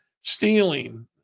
stealing